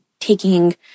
taking